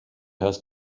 hast